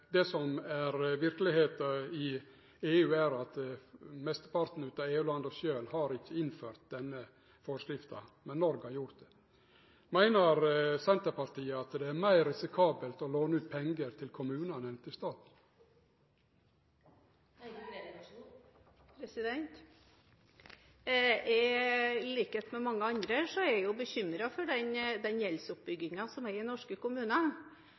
Det som er verkelegheita i EU, er at dei fleste av EU-landa ikkje har innført denne forskrifta, men Noreg har gjort det. Meiner Senterpartiet at det er meir risikabelt å låne ut pengar til kommunane enn til staten? I likhet med mange andre er jeg bekymret for den gjeldsoppbyggingen som er i norske